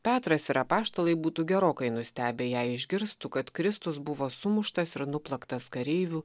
petras ir apaštalai būtų gerokai nustebę jei išgirstų kad kristus buvo sumuštas ir nuplaktas kareivių